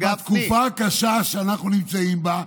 לא, אבל בתקופה הקשה שאנחנו נמצאים בה.